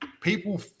people